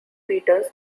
peters